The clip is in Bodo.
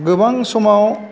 गोबां समाव